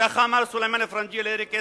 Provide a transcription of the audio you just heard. כך אמר סולימאן א-פרנג'יה להנרי קיסינג'ר.